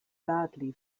badly